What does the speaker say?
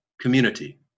community